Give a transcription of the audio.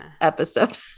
episode